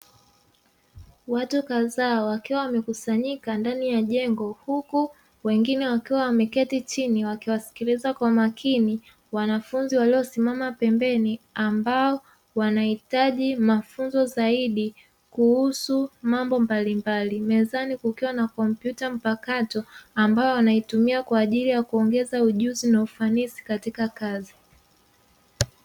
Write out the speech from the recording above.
Watu kadhaa wakiwa wamekusanyika ndani ya jengo, huku wengine wakiwa wameketi chini, wakiwasikiliza kwa makini wanafunzi waliosimama pembeni, ambao wanahitaji mafunzo zaidi kuhusu mambo mbalimbali, mezani kukiwa na kompyuta mpakato ambayo wanaitumia kwa ajili ya kuongeza ujuzi na ufanisi katika kazi.